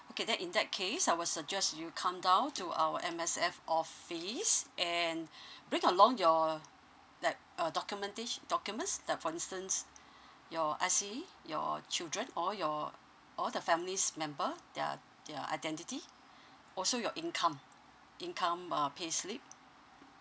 okay then in that case I will suggest you come down to our M_S_F office and bring along your like uh documentatio~ documents like for instance your I_C your children all your all the families member their their identity also your income income uh payslip